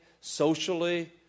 socially